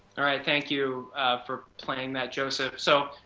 thank you for playing that, joseph. so